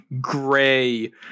gray